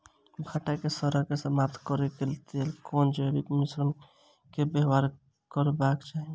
भंटा केँ सड़न केँ समाप्त करबाक लेल केँ जैविक मिश्रण केँ व्यवहार करबाक चाहि?